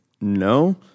no